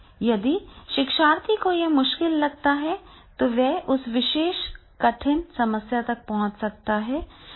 यदि शिक्षार्थी को यह मुश्किल लगता है तो वह उस विशेष कठिन समस्या तक पहुँच सकता है